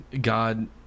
God